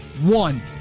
One